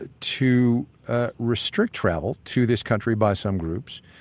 ah to restrict travel to this country by some groups,